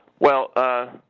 well ah.